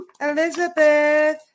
Elizabeth